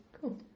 Cool